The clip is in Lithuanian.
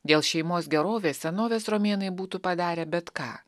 dėl šeimos gerovės senovės romėnai būtų padarę bet ką